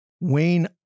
Wayne